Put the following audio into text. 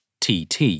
TT